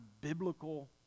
biblical